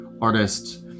artists